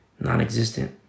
Non-existent